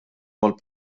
mal